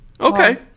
Okay